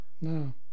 No